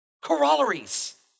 Corollaries